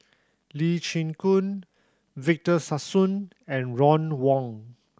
Lee Chin Koon Victor Sassoon and Ron Wong